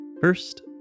First